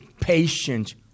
patient